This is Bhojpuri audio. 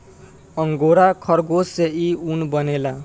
अंगोरा खरगोश से इ ऊन बनेला